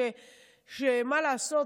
שמה לעשות,